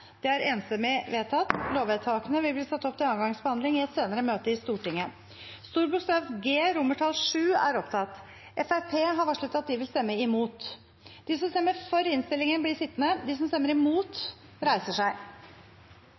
Det voteres over lovenes overskrift og lovene i sin helhet. Lovvedtakene vil bli ført opp til andre gangs behandling i et senere møte i Stortinget. Det voteres over G VII. Fremskrittspartiet har varslet at de vil stemme imot.